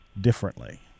differently